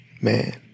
man